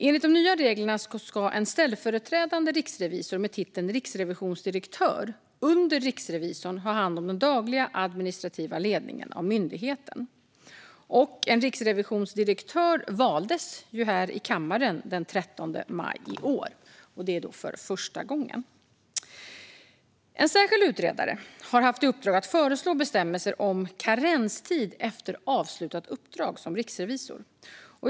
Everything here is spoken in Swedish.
Enligt de nya reglerna ska en ställföreträdande riksrevisor med titeln riksrevisionsdirektör under riksrevisorn ha hand om den dagliga administrativa ledningen av myndigheten. En riksrevisionsdirektör valdes här i kammaren den 13 maj i år; det var alltså för första gången. En särskild utredare har haft i uppdrag att föreslå bestämmelser om karenstid efter avslutat uppdrag som riksrevisor.